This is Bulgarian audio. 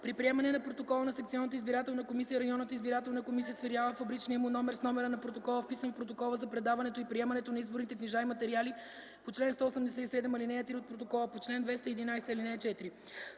При приемане на протокола на секционната избирателна комисия за съответния вид избор общинската избирателна комисия сверява фабричния му номер с номера на протокола, вписан в протокола за предаването и приемането на изборните книжа и материали по чл. 187, ал. 3 или в протокола по чл. 211, ал. 4.